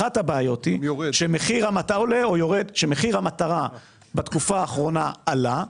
אחת הבעיות היא שמחיר המטרה בתקופה האחרונה עלה,